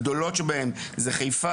הגדולות שבהן הן חיפה,